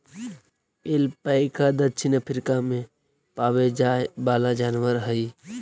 alpaca दक्षिण Africa में पावे जाए वाला जनावर हई